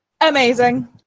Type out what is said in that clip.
amazing